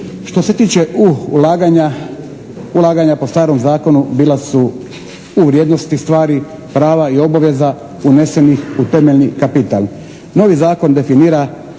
Što se tiče ulaganja, ulaganja po starom zakonu bila su u vrijednosti stvari, prava i obaveza unesenih u temeljni kapital. Novi zakon definira